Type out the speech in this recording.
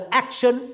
action